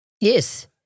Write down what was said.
yes